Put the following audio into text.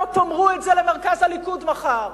ועד שלא תאמרו את זה למרכז הליכוד מחר,